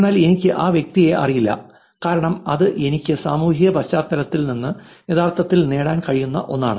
എന്നാൽ എനിക്ക് ആ വ്യക്തിയെ അറിയില്ല കാരണം അത് എനിക്ക് സാമൂഹിക പശ്ചാത്തലത്തിൽ നിന്ന് യഥാർത്ഥത്തിൽ നേടാൻ കഴിയുന്ന ഒന്നാണ്